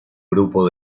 grupo